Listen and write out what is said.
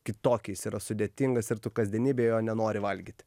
kitokį jis yra sudėtingas ir tu kasdienybėj jo nenori valgyti